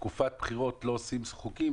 שבתקופת בחירות לא עושים חוקים,